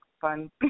fun